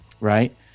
right